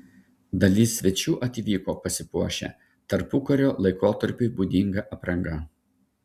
dalis svečių atvyko pasipuošę tarpukario laikotarpiui būdinga apranga